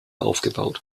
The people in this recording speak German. aufgebaut